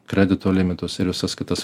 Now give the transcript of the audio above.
kredito limitus ir visas kitas